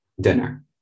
dinner